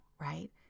right